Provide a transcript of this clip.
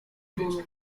tłumu